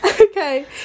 Okay